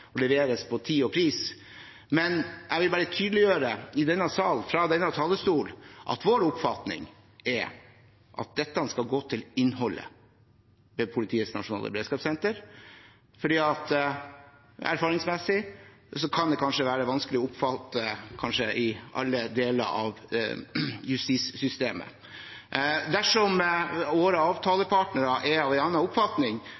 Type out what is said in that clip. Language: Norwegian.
og leveres på tid og pris. Jeg vil bare tydeliggjøre i denne salen fra denne talerstolen at vår oppfatning er at dette skal gå til innholdet ved Politiets nasjonale beredskapssenter, for erfaringsmessig kan det kanskje være vanskelig å oppfatte i alle deler av justissystemet. Dersom våre avtalepartnere er av en annen oppfatning,